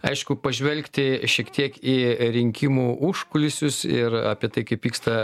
aišku pažvelgti šiek tiek į rinkimų užkulisius ir apie tai kaip vyksta